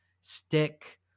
stick